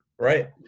right